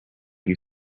you